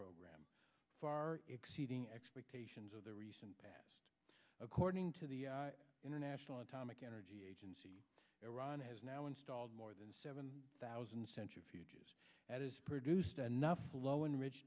program far exceeding expectations of the recent past according to the international atomic energy agency iran has now installed more seven thousand centrifuges produced enough low enrich